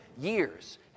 years